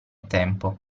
tempo